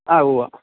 ആ ഉവ്വാ